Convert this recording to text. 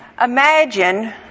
Imagine